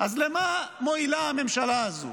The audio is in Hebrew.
אז למה מועילה הממשלה הזו?